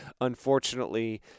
unfortunately